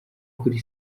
kuri